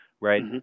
right